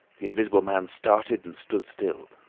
the invisible man started and stood still.